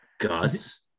Gus